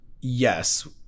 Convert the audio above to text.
yes